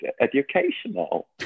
educational